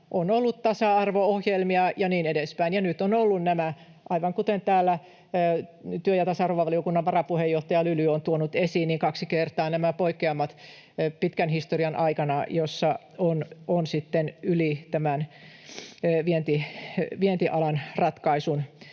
On ollut tasa-arvo-ohjelmia ja niin edespäin, ja nyt on ollut, aivan kuten täällä työ- ja tasa-arvovaliokunnan varapuheenjohtaja Lyly on tuonut esiin, kaksi kertaa pitkän historian aikana nämä poikkeamat, joissa on sitten yli tämän vientialan ratkaisun